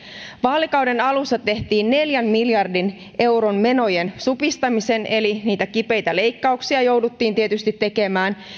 vaalikauden alussa tehtiin neljän miljardin euron menojen supistaminen eli niitä kipeitä leikkauksia jouduttiin tietysti tekemään